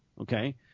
Okay